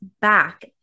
back